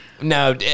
No